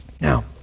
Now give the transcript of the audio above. Now